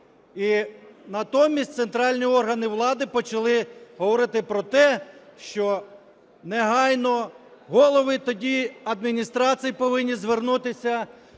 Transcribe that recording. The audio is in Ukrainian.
І натомість центральні органи влади почали говорити про те, що негайно голови тоді адміністрацій повинні звернутися